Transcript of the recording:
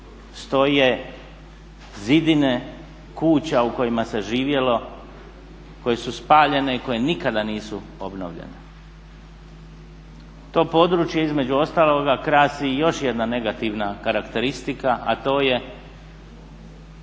stoje zidine kuća u kojima se živjelo, koje su spaljene i koje nikada nisu obnovljene. To područje između ostaloga krasi još jedna negativna karakteristika, a to je